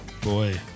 Boy